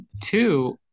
two